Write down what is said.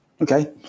Okay